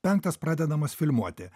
penktas pradedamas filmuoti